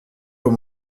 aux